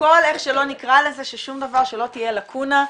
כל איך שלא נקרא לזה, שלא תהיה לקונה.